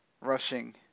rushing